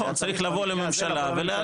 היה צריך לבוא לממשלה ולהגיד,